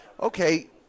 okay